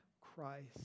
Christ